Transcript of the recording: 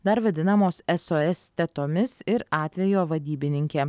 dar vadinamos sos tetomis ir atvejo vadybininkė